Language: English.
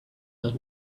that